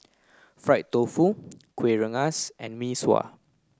fried tofu Kuih Rengas and Mee Sua